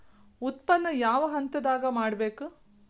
ಉತ್ಪನ್ನ ಯಾವ ಹಂತದಾಗ ಮಾಡ್ಬೇಕ್?